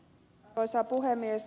arvoisa puhemies